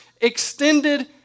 extended